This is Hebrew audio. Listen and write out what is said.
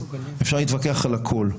אפשר להתווכח על הכול,